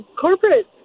corporate